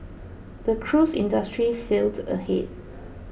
the cruise industry sailed ahead